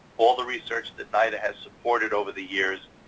all the research that nida has supported over the years,